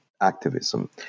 Activism